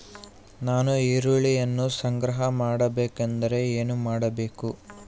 ನಾನು ಈರುಳ್ಳಿಯನ್ನು ಸಂಗ್ರಹ ಮಾಡಬೇಕೆಂದರೆ ಏನು ಮಾಡಬೇಕು?